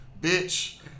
bitch